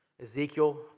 Ezekiel